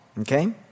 okay